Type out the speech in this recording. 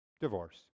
Divorce